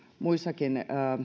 muissakin